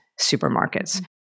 supermarkets